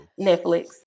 Netflix